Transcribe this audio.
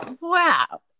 wow